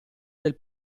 del